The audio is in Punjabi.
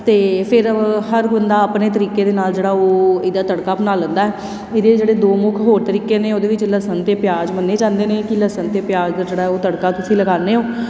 ਅਤੇ ਫਿਰ ਹਰ ਬੰਦਾ ਆਪਣੇ ਤਰੀਕੇ ਦੇ ਨਾਲ ਜਿਹੜਾ ਉਹ ਇਹਦਾ ਤੜਕਾ ਬਣਾ ਲੈਂਦਾ ਇਹਦੇ ਜਿਹੜੇ ਦੋ ਮੁੱਖ ਹੋਰ ਤਰੀਕੇ ਨੇ ਉਹਦੇ ਵਿੱਚ ਲਸਣ ਅਤੇ ਪਿਆਜ਼ ਮੰਨੇ ਜਾਂਦੇ ਨੇ ਕਿ ਲਸਣ ਅਤੇ ਪਿਆਜ਼ ਦਾ ਜਿਹੜਾ ਉਹ ਤੜਕਾ ਤੁਸੀਂ ਲਗਾਉਂਦੇ ਹੋ